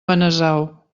benasau